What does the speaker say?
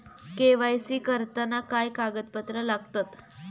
KYC करताना काय कागदपत्रा लागतत?